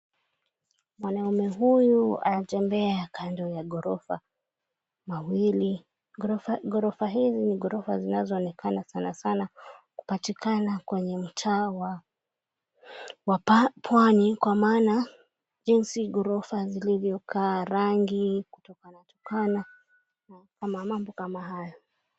Mwanaume huyu anatembea kando ya ghorofa mawili, ghorofa hizi zinaonekana kama ghorofa zinazopatikana kwenye mtaa wa pwani kwa maana jisni ghorofa zilivyokaa, rangi kutokanatokana na mambo kama hayo.